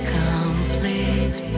complete